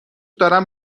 دارم